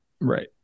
Right